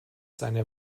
seine